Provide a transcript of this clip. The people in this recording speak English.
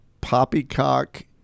Poppycock